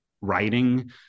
writing